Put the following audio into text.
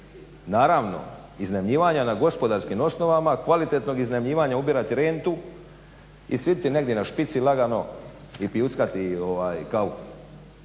Naravno iznajmljivanja na gospodarskim osnovama, kvalitetnog iznajmljivanja, ubirat rentu i siti negdje na špici lagano i pijuckati kavu.